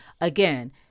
Again